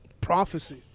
prophecy